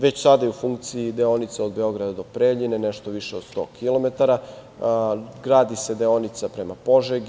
Već sada je u funkciji deonica od Beograda do Preljine, nešto više od 100 km, gradi se deonica prema Požegi.